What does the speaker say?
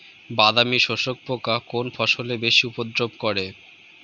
বাদামি শোষক পোকা কোন ফসলে বেশি উপদ্রব করে?